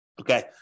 Okay